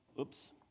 Oops